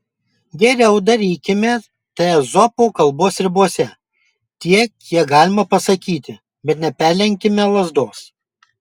geriau darykime tai ezopo kalbos ribose tiek kiek galima pasakyti bet neperlenkime lazdos